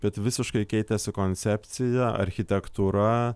bet visiškai keitėsi koncepcija architektūra